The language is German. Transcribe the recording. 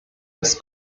des